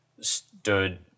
stood